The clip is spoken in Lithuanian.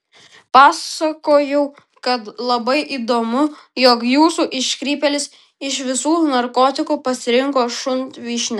pasakojau kad labai įdomu jog jūsų iškrypėlis iš visų narkotikų pasirinko šunvyšnę